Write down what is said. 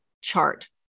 chart